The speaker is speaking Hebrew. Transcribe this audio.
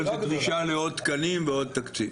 אבל זו דרישה לעוד תקנים ועוד תקציב.